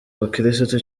abakirisitu